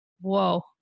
Whoa